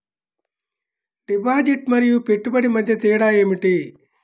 Deposit మరియు పెట్టుబడి మధ్య తేడా ఏమిటి?